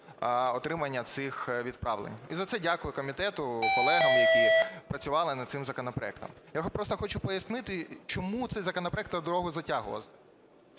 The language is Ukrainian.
отримання цих відправлень. І за це дякую комітету, колегам, які працювали над цим законопроектом. Я просто хочу пояснити, чому цей законопроект так довго затягувався.